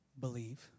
Believe